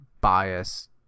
bias